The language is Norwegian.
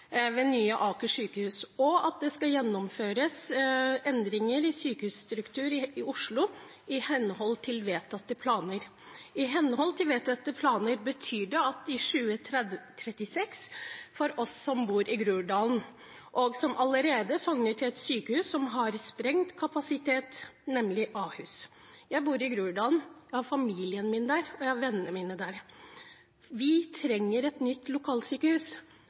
og at det skal gjennomføres endringer i sykehusstrukturen i Oslo i henhold til vedtatte planer. «I henhold til vedtatte planer» betyr i 2036 for oss som bor i Groruddalen, og som allerede sokner til et sykehus som har sprengt kapasitet, nemlig Ahus. Jeg bor i Groruddalen, jeg har familien min der, og jeg har vennene mine der. Vi trenger et nytt lokalsykehus